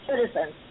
citizens